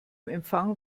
empfang